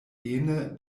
ene